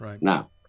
Now